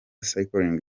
cycling